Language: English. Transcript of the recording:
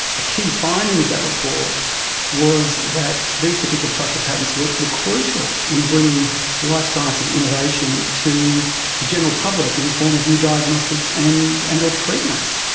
a key finding of that report was that these particular types of patents were were crucial in bringing life sciences innovation to the general public in the form of new diagnostics and and or treatments.